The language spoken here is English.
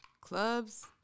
Clubs